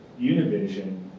Univision